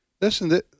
listen